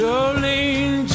Jolene